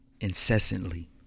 incessantly